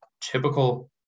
typical